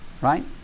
right